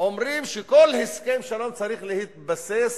אומרות שכל הסכם שלום צריך להתבסס